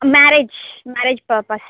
marriage marriage purpose